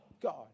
God